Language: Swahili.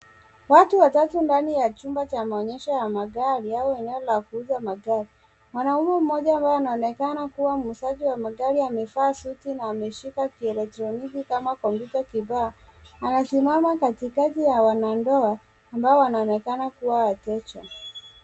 Watu watatu ndani ya chumba cha maonyesho ya magari au eneo la kuuza magari. Mwanaume mmoja ambaye anaonekana kuwa muuzaji wa magari amevaa suti na kushika kielektroniki kama kompyuta kibao. Anasimama katikati ya wanandoa ambao wanaonekana kuwa wateja.